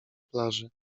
plaży